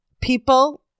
people